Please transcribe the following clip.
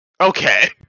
Okay